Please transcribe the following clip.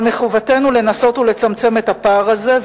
אבל מחובתנו לנסות ולצמצם את הפער הזה,